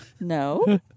No